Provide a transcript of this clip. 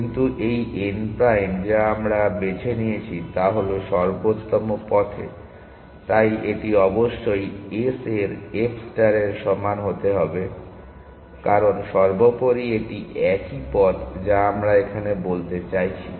কিন্তু এই n prime যা আমরা বেছে নিয়েছি তা হল সর্বোত্তম পথে তাই এটি অবশ্যই s এর f স্টারের সমান হতে হবে কারণ সর্বোপরি এটি একই পথ যা আমরা এখানে বলতে চাইছি